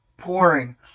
Pouring